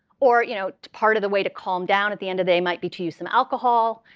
or you know part of the way to calm down at the end of day might be to use some alcohol.